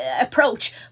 approach